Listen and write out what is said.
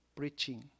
preaching